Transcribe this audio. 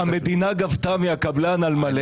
והמדינה גבתה מהקבלן על-מלא.